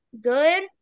good